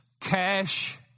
Cash